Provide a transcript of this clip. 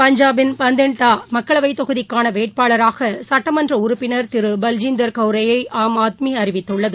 பஞ்சாபின் பந்திண்டாமக்களவைத் தொகுதிக்கானவேட்பாளராகசட்டமன்றஉறுப்பினல் திருபல்ஜீந்தர் கௌரே யை ஆம் ஆத்மிஅறிவித்துள்ளது